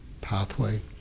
pathway